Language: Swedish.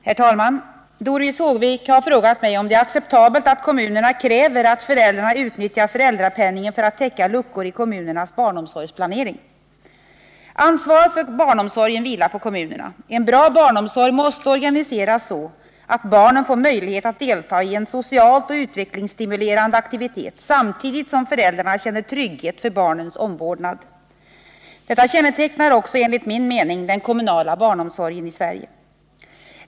Herr talman! Doris Håvik har frågat mig om det är acceptabelt att kommunerna kräver att föräldrarna utnyttjar föräldrapenningen för att täcka luckor i kommunernas barnomsorgsplanering. Ansvaret för barnomsorgen vilar på kommunerna. En bra barnomsorg måste organiseras så, att barnen får möjlighet att delta i en socialt och i utvecklingshänseende stimulerande aktivitet samtidigt som föräldrarna känner trygghet för barnens omvårdnad. Detta kännetecknar också enligt min mening den kommunala barnomsorgen i Sverige.